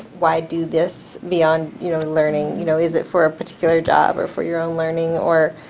why do this beyond you know learning? you know, is it for a particular job, or for your own learning or